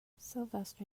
sylvester